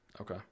Okay